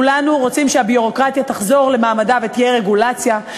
כולנו רוצים שהביורוקרטיה תחזור למעמדה ותהיה רגולציה,